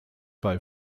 bei